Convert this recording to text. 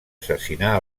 assassinar